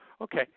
Okay